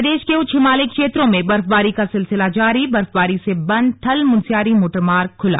प्रदेश के उच्च हिमालयी क्षेत्रों में बर्फबारी का सिलसिला जारीबर्फबारी से बंद थल मुनस्यारी मोटरमार्ग खुला